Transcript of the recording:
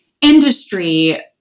industry